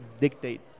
dictate